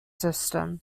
system